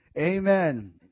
amen